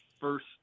first